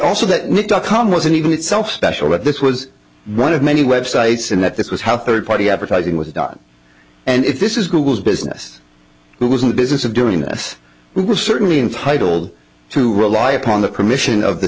also that dot com wasn't even itself special but this was one of many websites and that this was how third party advertising was done and if this is google's business who was in the business of doing this we were certainly entitled to rely upon the permission of the